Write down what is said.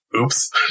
Oops